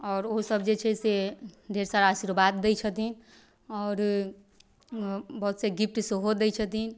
आओर ओहो सब जे छै से ढेर सारा आशीर्वाद दै छथिन आओर बहुत सारा गिफ्ट सेहो दै छथिन